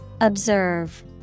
Observe